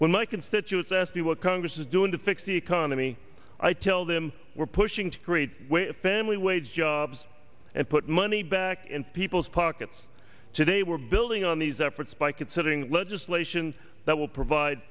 when my constituents asked me what congress is doing to fix the economy i tell them we're pushing to create a family wage jobs and put money back in people's pockets today we're building on these efforts by considering legislation that will provide